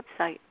website